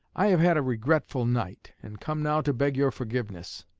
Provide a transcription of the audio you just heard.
i have had a regretful night, and come now to beg your forgiveness.